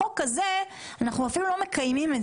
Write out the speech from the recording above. בחוק הזה אנחנו אפילו לא מקיימים את